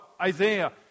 Isaiah